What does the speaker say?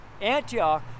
Antioch